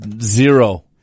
zero